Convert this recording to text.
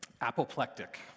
apoplectic